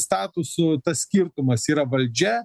statusu tas skirtumas yra valdžia